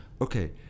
Okay